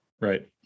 Right